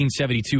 1972